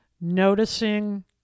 noticing